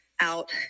out